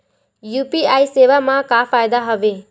UPI सेवा मा का फ़ायदा हवे?